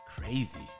Crazy